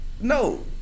No